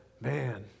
Man